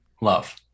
love